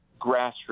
grassroots